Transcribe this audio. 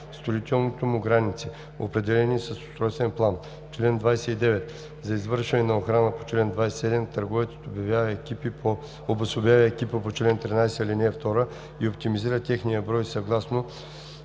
(строителните му граници), определени с устройствен план. Чл. 29. За извършване на охрана по чл. 27 търговецът обособява екипи по чл. 13, ал. 2 и оптимизира техния брой съгласно